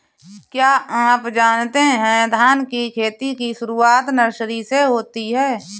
क्या आप जानते है धान की खेती की शुरुआत नर्सरी से होती है?